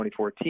2014